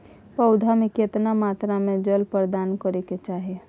पौधों में केतना मात्रा में जल प्रदान करै के चाही?